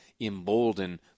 embolden